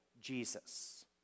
Jesus